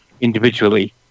individually